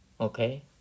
okay